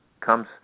comes